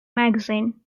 magazine